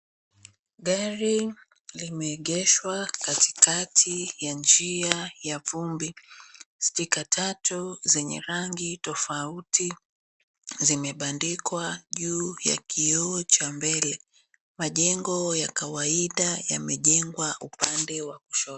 Gari limeegeshwa katikati ya njia ya vumbi, spika tatu zenye rangi tofauti zimebandikwa juu ya kioo cha mbele. Majengo ya kawaida yamejengwa upande wa kushoto.